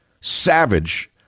SAVAGE